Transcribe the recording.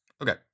Okay